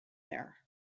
there